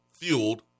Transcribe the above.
fueled